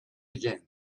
again